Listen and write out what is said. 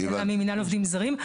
אני מינהל עובדים זרים,